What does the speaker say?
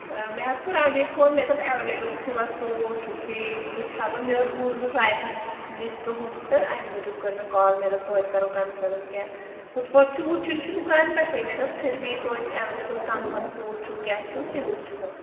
مےٚ حظ کوٚر اَمے فون مےٚ دوٚپ ایولیبل چھُوا سوٗٹ بیٚیہِ وٕچھ ہا بہٕ مےٚ اوس بوٗزمُت واریاہَن نِش تُہُنٛد تہٕ امہِ موٗجوٗب کٔر مےٚ کال مےٚ دوٚپ توتہِ کَرو کَنفٲرٕم کیٛاہ ہُتھ پٲٹھۍ چھُ وٕچھُن چھُ دُکان پٮ۪ٹھَے مےٚ دوٚپ پھر بی تویتہِ ایولیبل کَم کَم سوٗٹ چھُو کیٛاہ چھُو تہِ وٕچھِ بہٕ